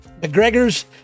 McGregor's